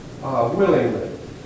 willingly